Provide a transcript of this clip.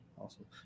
awesome